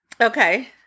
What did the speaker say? okay